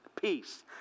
peace